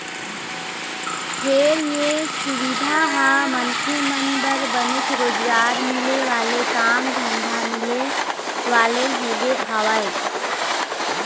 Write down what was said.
फेर ये सुबिधा ह मनखे मन बर बनेच रोजगार मिले वाले काम धंधा मिले वाले होगे हवय